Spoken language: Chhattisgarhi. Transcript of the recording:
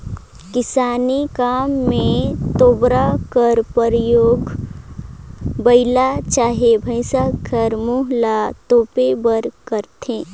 किसानी काम मे तोबरा कर परियोग बइला चहे भइसा कर मुंह ल तोपे बर करथे